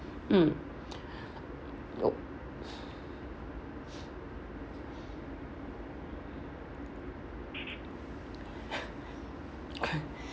mm oh okay